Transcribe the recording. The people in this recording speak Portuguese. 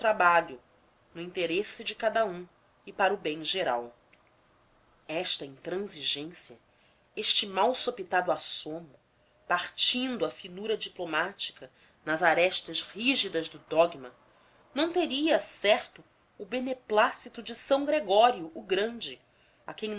trabalho no interesse de cada um e para o bem geral esta intransigência este mal sopitado assomo partindo a finura diplomática nas arestas rígidas do dogma não teria certo o beneplácito de s gregório o grande a quem